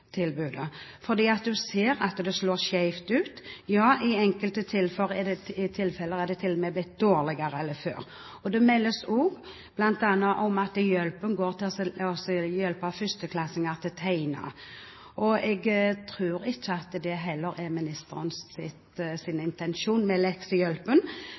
ser at det slår skjevt ut. Ja, i enkelte tilfeller er det til og med blitt dårligere enn før. Det meldes bl.a. også om at leksehjelpen går til å hjelpe førsteklassinger til å tegne. Jeg tror ikke at det er ministerens intensjon med leksehjelpen.